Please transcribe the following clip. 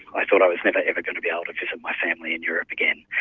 i thought i was never ever going to be able to visit my family in europe again,